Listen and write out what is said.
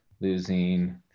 losing